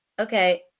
Okay